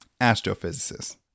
astrophysicist